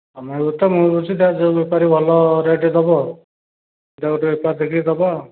ତୁମେ ବି ବୁଝୁଥା ମୁଁ ବି ବୁଝୁଛି ତାପରେ ଯେଉଁ ବେପାରୀ ଭଲ ରେଟ୍ ଦେବ ଯେଉଁତକ ଏକାଠି ଦେଖିକି ଦେବା